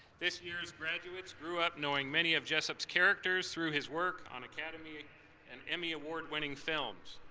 this year's graduates grew up knowing many of jessup's characters through his work on academy and emmy award-winning films.